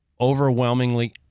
overwhelmingly